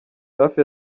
safi